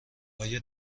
آیا